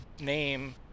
name